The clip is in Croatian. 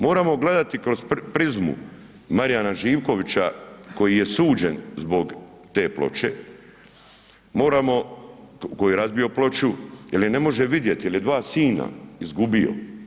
Moramo gledati kroz prizmu Marijana Živkovića koji je suđen zbog te ploče, koji je razbio ploču jel je ne može vidjet jel je dva sina izgubio.